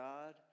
God